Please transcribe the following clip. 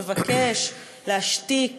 מבקש להשתיק